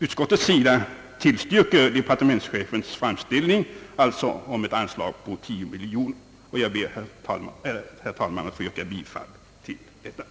Utskottet tillstyrker därför departementschefens framställning om ett anslag på 10 miljoner kronor, och jag ber, herr talman, att få yrka bifall till detta.